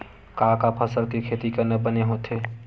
का का फसल के खेती करना बने होथे?